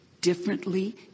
differently